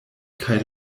kaj